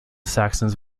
saxons